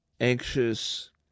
anxious